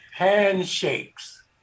Handshakes